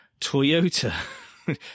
toyota